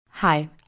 Hi